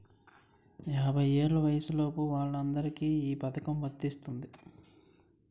యాభై ఏళ్ల వయసులోపు వాళ్ళందరికీ ఈ పథకం వర్తిస్తుంది